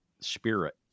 spirit